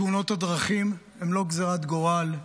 תאונות הדרכים הן לא גזירת גורל,